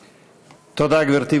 תודה, גברתי.